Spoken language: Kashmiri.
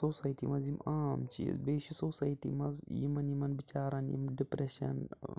سوسایٹی منٛز یِم عام چیٖز بیٚیہِ چھِ سوسایٹی منٛز یِمَن یِمَن بِچارَن یِم ڈِپریشَن